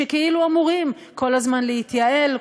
שאמורים כל הזמן להתייעל,